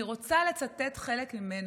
אני רוצה לצטט חלק ממנו.